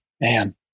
man